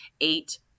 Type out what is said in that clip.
eight